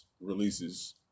releases